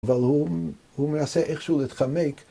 ‫אבל הוא מנסה איכשהו להתחמק,